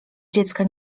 dziecka